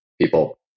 people